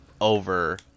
over